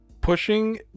pushing